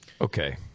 Okay